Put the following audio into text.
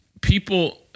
People